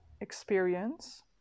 experience